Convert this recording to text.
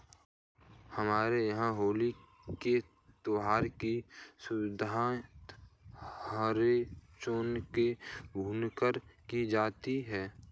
हमारे यहां होली के त्यौहार की शुरुआत हरे चनों को भूनकर की जाती है